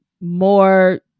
more